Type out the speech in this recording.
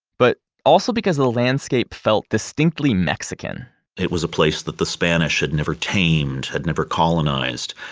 but also because the landscape felt distinctly mexican it was a place that the spanish had never tamed, had never colonized.